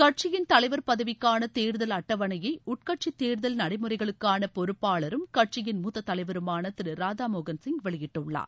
கட்சியின் தலைவர் பதவிக்கான தேர்தல் அட்டவணையை உட்கட்சி தேர்தல் நடைமுறைகளுக்கான பொறுப்பாளரும் கட்சியின் மூத்த தலைவருமான திரு ராதாமோகன் சிங் வெளியிட்டுள்ளார்